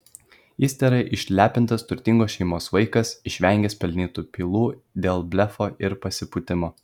jis tėra išlepintas turtingos šeimos vaikas išvengęs pelnytų pylų dėl blefo ir pasipūtimo